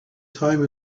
time